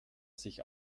sich